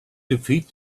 defeat